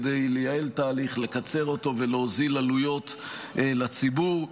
כדי לייעל אותו ולהוזיל עלויות לציבור.